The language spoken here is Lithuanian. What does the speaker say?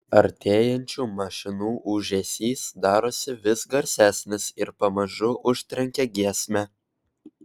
artėjančių mašinų ūžesys darosi vis garsesnis ir pamažu užtrenkia giesmę